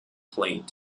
played